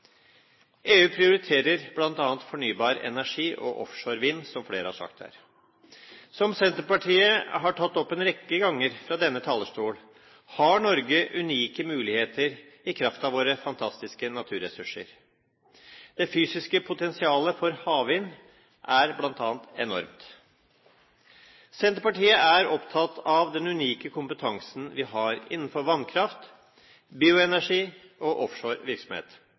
EU prioriterer bl.a. fornybar energi og offshore vind, som flere har sagt her. Som Senterpartiet har tatt opp en rekke ganger fra denne talerstol, har Norge unike muligheter i kraft av våre fantastiske naturressurser. Det fysiske potensialet for havvind er bl.a. enormt. Senterpartiet er opptatt av den unike kompetansen vi har innenfor vannkraft, bioenergi og